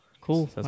Cool